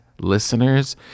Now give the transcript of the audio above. listeners